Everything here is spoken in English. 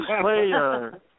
player